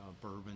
Bourbon